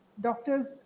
doctors